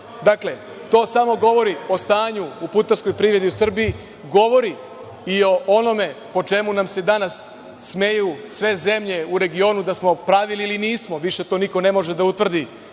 godine. Dakle, to samo govori o stanju u putarskoj privredi u Srbiji, govori i o onome po čemu nam se danas smeju sve zemlje u regionu da smo pravili ili nismo, više to niko ne može da utvrdi,